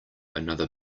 another